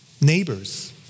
neighbors